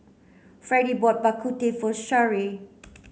Freddie bought Bak Kut Teh for Sherree